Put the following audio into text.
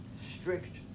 strict